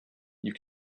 you